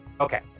Okay